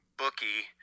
bookie